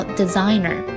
designer